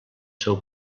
seu